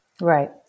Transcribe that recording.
Right